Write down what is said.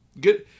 good